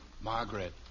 Margaret